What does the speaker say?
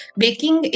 baking